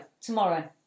tomorrow